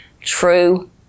true